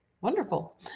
wonderful